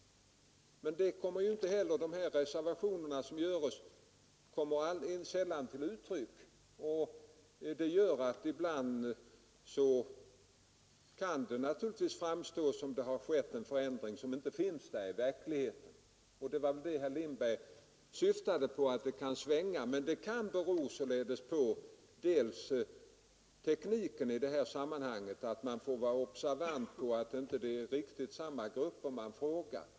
Men de reservationer som görs kommer sällan till uttryck, och därför kan det ibland framstå som om det har skett en förändring som inte finns i verkligheten. Herr Lindberg syftade på detta när han sade att det kan svänga. Men det kan således delvis bero på tekniken i sammanhanget; man får vara observant på att det inte är samma grupper som tillfrågas.